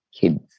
kids